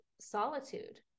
solitude